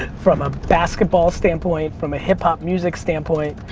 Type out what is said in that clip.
from a basketball standpoint, from a hip hop music standpoint.